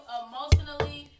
emotionally